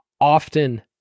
often